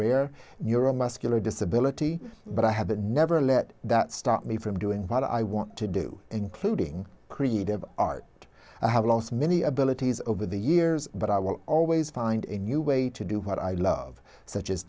neuromuscular disability but i have never let that stop me from doing what i want to do including creative art i have lost many abilities over the years but i will always find a new way to do what i love such as